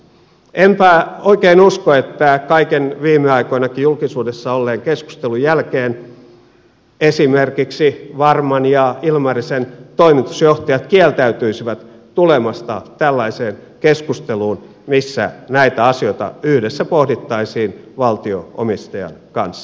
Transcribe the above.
enpä oikein usko että kaiken viime aikoinakin julkisuudessa olleen keskustelun jälkeen esimerkiksi varman ja ilmarisen toimitusjohtajat kieltäytyisivät tulemasta tällaiseen keskusteluun missä näitä asioita yhdessä pohdittaisiin valtio omistajan kanssa